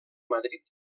madrid